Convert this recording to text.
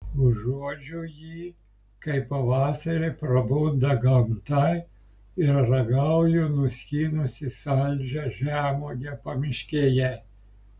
uodžiu jį kai pavasarį prabunda gamta ir ragauju nuskynusi saldžią žemuogę pamiškėje